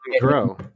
Grow